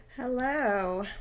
Hello